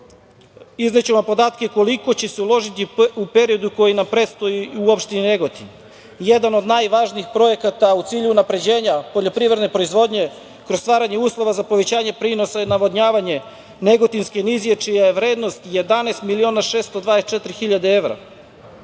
izneću vam podatke koliko će se uložiti u periodu koji nam predstoji u opštini Negotin. Jedan od najvažnijih projekata u cilju unapređenja poljoprivredne proizvodnje kroz stvaranje uslova za povećanje prinosa je navodnjavanje negotinske nizije, čija je vrednost 11.624.000 evra